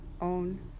own